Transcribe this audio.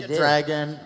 dragon